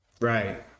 Right